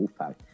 Wolfpack